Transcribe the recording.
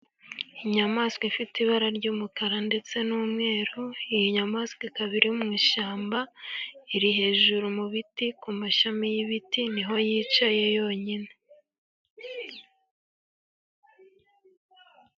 Inyamaswa ifite ibara ry'umukara ndetse n'umweru, iyi nyamaswa ikaba iri mu ishyamba, iri hejuru mu biti ku mashami y'ibiti, niho yicaye yonyine.